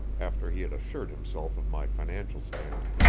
after he had assured himself of my financial standing.